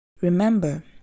Remember